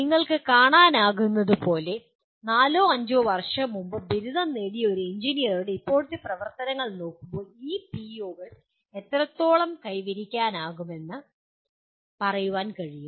നിങ്ങൾക്ക് കാണാനാകുന്നതുപോലെ നാലോ അഞ്ചോ വർഷം മുമ്പ് ബിരുദം നേടിയ ഒരു എഞ്ചിനീയറുടെ ഇപ്പോഴത്തെ പ്രവർത്തനങ്ങൾ നോക്കുമ്പോൾ ഈ പിഇഒകൾ എത്രത്തോളം കൈവരിക്കാമെന്ന് പറയാൻ കഴിയും